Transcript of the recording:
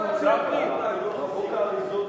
לפיכך אני קובע שהצעת חוק זו אושרה